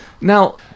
Now